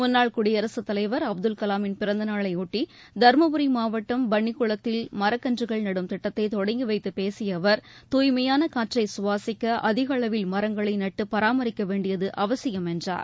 முன்னாள் குடியரசுத் தலைவர் அப்துல் கலாமின் பிறந்தநாளை ஒட்டி தருமபுரி மாவட்டம் பள்ளிகுளத்தில் மரக்கள்றுகள் நடும் திட்டத்தை தொடங்கி வைத்தப் பேசிய அவர் தூய்மையான காற்றை சுவாசிக்க அதிக அளவில் மரங்களை நட்டு பராமரிக்க வேண்டியது அவசியம் என்றார்